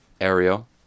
Ariel